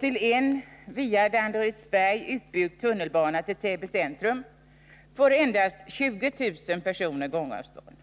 Till en via Danderydsberg utbyggd tunnelbana till Täby centrum får endast 20 000 människor gångavstånd.